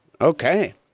Okay